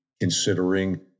considering